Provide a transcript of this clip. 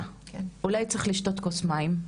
אולי צריך לשתות כוס מים,